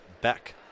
Beck